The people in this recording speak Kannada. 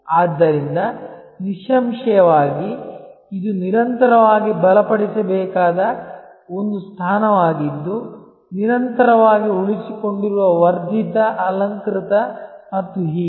ಆದ್ದರಿಂದ ನಿಸ್ಸಂಶಯವಾಗಿ ಇದು ನಿರಂತರವಾಗಿ ಬಲಪಡಿಸಬೇಕಾದ ಒಂದು ಸ್ಥಾನವಾಗಿದ್ದು ನಿರಂತರವಾಗಿ ಉಳಿಸಿಕೊಂಡಿರುವ ವರ್ಧಿತ ಅಲಂಕೃತ ಮತ್ತು ಹೀಗೆ